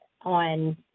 on